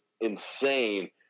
insane